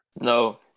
No